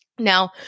Now